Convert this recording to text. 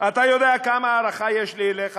אתה יודע כמה הערכה יש לי אליך,